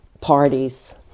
parties